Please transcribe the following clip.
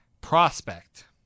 Prospect